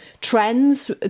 trends